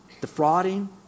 defrauding